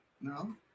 No